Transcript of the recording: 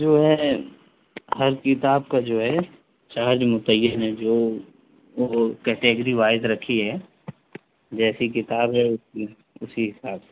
جو ہے ہر کتاب کا جو ہے چارج متعین ہے جو وہ کیٹیگری وائز رکھی ہے جیسی کتاب ہے اس کی اسی حساب سے